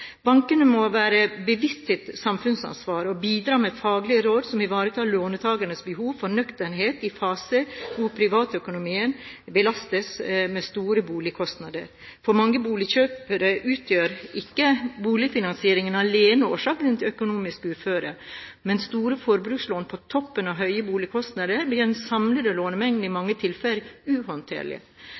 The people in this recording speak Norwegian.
Bankene må være seg sitt samfunnsansvar bevisst og bidra med faglige råd som ivaretar låntakernes behov for nøkternhet i faser hvor privatøkonomien belastes med store boligkostnader. For mange boligkjøpere utgjør ikke boligfinansieringen alene årsaken til økonomisk uføre. Med store forbrukslån på toppen av høye boligkostnader blir den samlede lånemengden i mange tilfeller